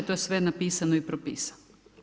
To je sve napisano i propisano.